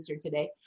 today